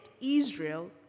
Israel